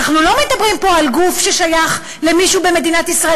אנחנו לא מדברים פה על גוף ששייך למישהו במדינת ישראל,